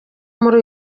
muri